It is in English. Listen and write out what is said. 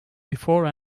before